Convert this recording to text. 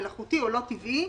מלאכותי או לא טבעי,